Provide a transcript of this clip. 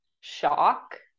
shock